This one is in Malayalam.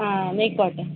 ആ ന്നെയ്പോട്ട്